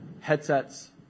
headsets